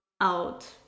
out